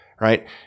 right